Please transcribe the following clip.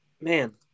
man